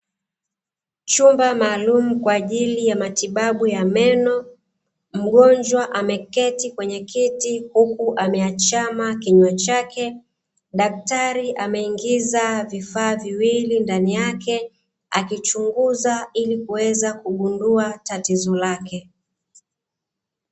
Chumba maalumu kwa ajili ya matibabu ya meno, mgonjwa ameketi kwenye kiti huku ameachama kinywa chake, daktari ameingiza vifaa viwili ndani yake, akichunguza ili kuweza kugundua tatizo lake.